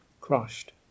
crushed